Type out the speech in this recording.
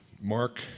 Mark